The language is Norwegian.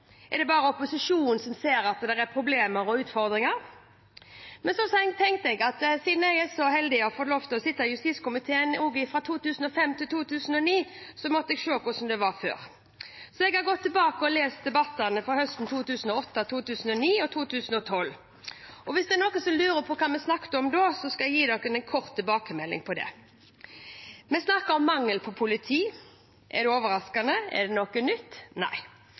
Er det bare opposisjonen som ser at det er problemer og utfordringer? Jeg tenkte at siden jeg er så heldig å ha fått lov til å sitte i justiskomiteen også fra 2005 til 2009, måtte jeg se hvordan det var før. Så jeg har gått tilbake og lest debattene fra høsten 2008, høsten 2009 og høsten 2012. Hvis det er noen som lurer på hva vi snakket om da, skal jeg gi en kort tilbakemelding om det: Vi snakket om mangel på politi. Er det overraskende? Er det noe nytt? – Nei.